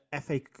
FA